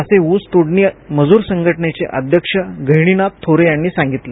असे ऊस तोडणी मजूर संघटनेचे अध्यक्ष गहिनीनाथ थोरे यांनी सांगितलं